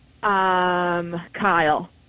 Kyle